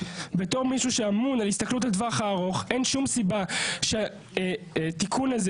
מישהו שאמון על הסתכלות לטווח הארוך אין שום סיבה שהתיקון הזה